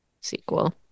sequel